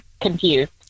confused